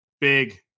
big